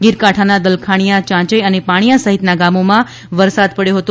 ગીરકાંઠાના દલખાણીયા ચાંચય અને પાણીયા સહિતના ગામોમાં વરસાદ પડ્યો હતો